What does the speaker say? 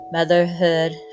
Motherhood